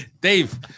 dave